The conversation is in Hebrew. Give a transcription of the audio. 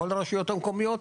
כול הרשויות המקומיות,